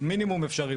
מינימום אפשרי.